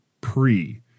Pre